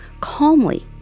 calmly